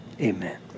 Amen